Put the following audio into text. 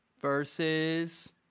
Versus